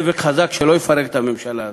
שלא יפרק את הממשלה הזאת.